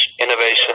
innovation